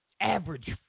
average